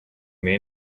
may